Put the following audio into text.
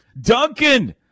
Duncan